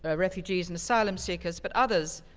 ah refugees and asylum seekers. but others,